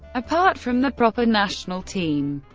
apart from the proper national team,